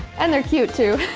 and they're cute too.